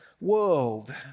world